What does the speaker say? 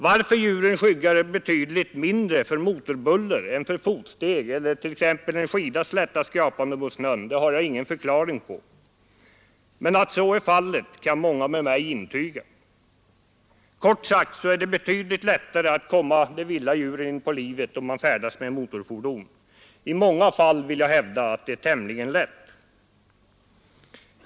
Varför djur skyggar betydligt mindre för motorbuller än för fotsteg eller skidans lätta skrapande mot snön har jag ingen förklaring på. Men att så är fallet kan många med mig intyga. Det är, kort sagt, betydligt lättare att komma de vilda djuren inpå livet om man färdas med motorfordon. I många fall, vill jag hävda, är det tämligen lätt.